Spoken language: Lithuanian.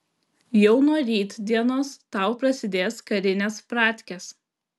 jau nuo rytdienos tau prasidės karinės pratkės